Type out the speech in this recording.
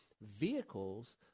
vehicles